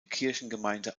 kirchengemeinde